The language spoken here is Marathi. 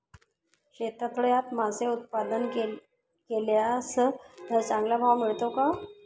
शेततळ्यात मासे उत्पादन केल्यास चांगला भाव मिळतो का?